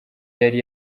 yari